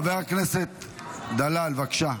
חבר הכנסת דלל, בבקשה.